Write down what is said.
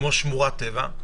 כמו שמורת טבע,